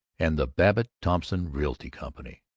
and the babbitt-thompson realty company.